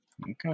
okay